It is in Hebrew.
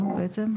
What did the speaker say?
בשנים האחרונות,